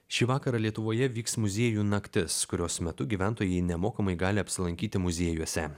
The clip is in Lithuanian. šį vakarą lietuvoje vyks muziejų naktis kurios metu gyventojai nemokamai gali apsilankyti muziejuose